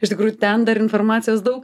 iš tikrųjų ten dar informacijos daug